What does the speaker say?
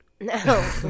no